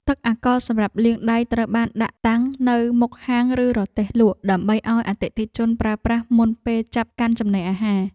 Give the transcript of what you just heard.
ទឹកអាល់កុលសម្រាប់លាងដៃត្រូវបានដាក់តាំងនៅមុខហាងឬរទេះលក់ ដើម្បីឱ្យអតិថិជនប្រើប្រាស់មុនពេលចាប់កាន់ចំណីអាហារ។